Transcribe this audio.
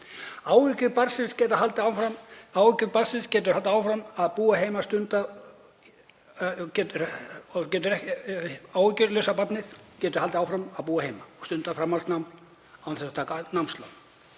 Áhyggjulausa barnið getur haldið áfram að búa heima og stundað framhaldsnám án